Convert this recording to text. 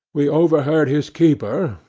we overheard his keeper,